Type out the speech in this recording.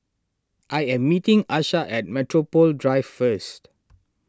I am meeting Asha at Metropole Drive first